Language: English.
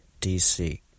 DC